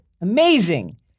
Amazing